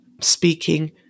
speaking